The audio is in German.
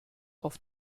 auf